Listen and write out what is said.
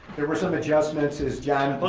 there were some adjustments as john,